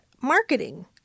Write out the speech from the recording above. marketing